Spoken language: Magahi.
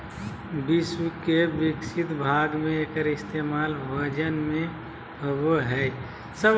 विश्व के विकसित भाग में एकर इस्तेमाल भोजन में होबो हइ